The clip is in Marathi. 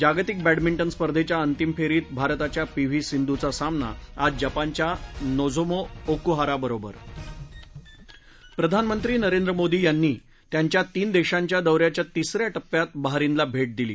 जागतिक बद्दानिंटन स्पर्धेच्या अंतिम फेरीत भारताच्या पी व्ही सिंधूचा सामना आज जपानच्या नोझोमी ओकुहाराबरोबर प्रधानमंत्री नरेंद्र मोदी यांनी त्यांच्या तीन दर्शव्या दौऱ्याच्या तिसऱ्या टप्प्यात बहरीनला भट्ट दिली